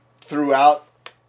throughout